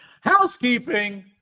Housekeeping